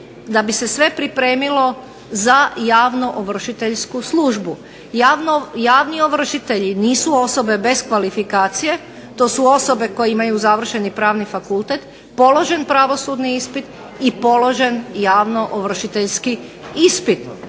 da bi se sve pripremilo za javnoovršiteljsku službu. Javni ovršitelji nisu osobe bez kvalifikacije, to su osobe koje imaju završeni Pravni fakultet, položen pravosudni ispit i položen javnoovršiteljski ispit,